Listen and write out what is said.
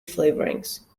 flavourings